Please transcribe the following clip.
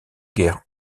guerres